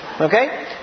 Okay